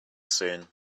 soon